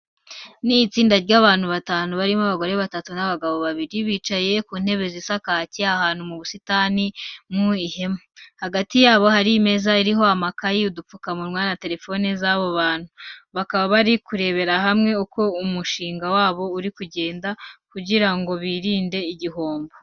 Ni itsinda ry'abantu batanu barimo abagore batatu n'abagabo babiri, bicaye ku ntebe zisa kake ahantu mu busitani mu ihema. Hagati yabo hari imeza iriho amakayi, udupfukamunwa na telefone z'abo bantu. Bakaba bari kurebera hamwe uko umushinga wabo uri kugenda kugira ngo birinde igihombo.